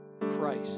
Christ